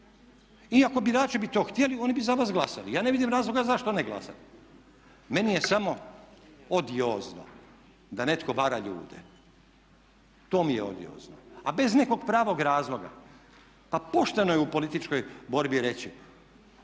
Iako birači bi to htjeli oni bi za vas glasali. Ja ne vidim razloga zašto ne glasati. Meni je samo odiozno da netko vara ljude, to mi je odiozno a bez nekog pravog razloga. Pa pošteno je u političkoj borbi reći,